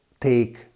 take